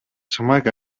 чамайг